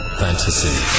fantasy